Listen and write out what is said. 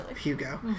Hugo